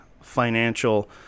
financial